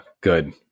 Good